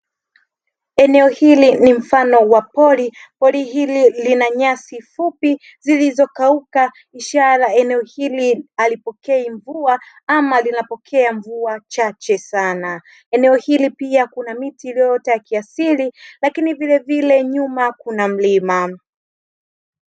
Eneo hili ni mfano wa pori. Pori hili lina nyasi fupi zilizokauka ishara eneo hili halipokei mvua ama linapokea mvua chache sana. Eneo hili pia kuna miti iliyoota ya kiasili lakini vilevile nyuma kuna mlima.